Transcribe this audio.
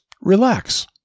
relax